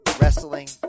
wrestling